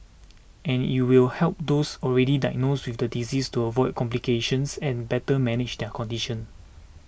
and it will help those already diagnosed with the disease to avoid complications and better manage their condition